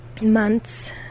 months